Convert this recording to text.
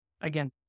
again